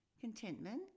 contentment